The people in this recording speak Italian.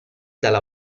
dalla